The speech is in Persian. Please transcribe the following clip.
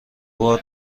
بار